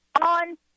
on